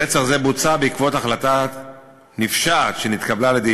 רצח זה בוצע בעקבות החלטה נפשעת שנתקבלה על-ידי